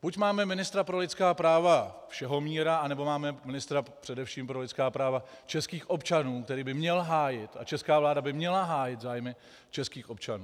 Buď máme ministra pro lidská práva všehomíra, anebo máme ministra především pro lidská práva českých občanů, který by měl hájit, a česká vláda by měla hájit zájmy českých občanů.